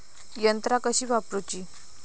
यंत्रा कशी वापरूची?